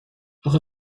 اخه